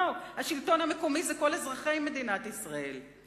לא, השלטון המקומי הוא כל אזרחי מדינת ישראל כולם.